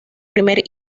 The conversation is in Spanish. primer